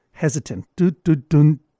hesitant